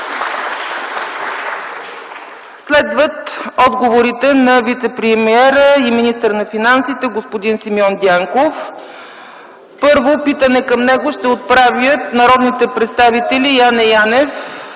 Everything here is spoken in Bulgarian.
Следват отговорите на вицепремиера и министър на финансите господин Симеон Дянков. Първо, питане към него ще отправят народните представители Яне Янев,